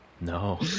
No